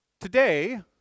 Today